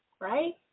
right